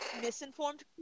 Misinformed